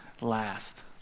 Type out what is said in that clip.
last